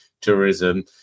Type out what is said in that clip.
tourism